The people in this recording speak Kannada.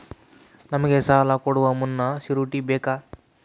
ನಮಗೆ ಸಾಲ ಕೊಡುವ ಮುನ್ನ ಶ್ಯೂರುಟಿ ಬೇಕಾ?